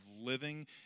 living